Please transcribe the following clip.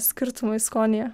skirtumai skonyje